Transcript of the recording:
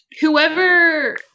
whoever